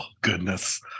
goodness